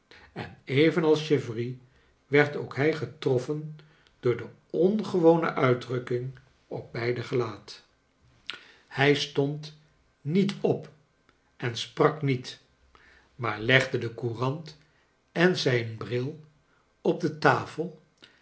en evenals chivery werd ook hij getroffen door de ongewone uitdrukking op beider gelaat liij dic koiv i tune ijoriit charles dickens stond niet op en sprak niet niaar legde de courant en zijn bril op de tafel